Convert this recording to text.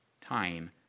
time